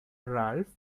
ralph